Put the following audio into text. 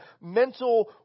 mental